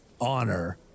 honor